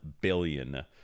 billion